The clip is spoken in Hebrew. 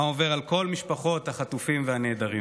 מה עובר על כל משפחות החטופים והנעדרים.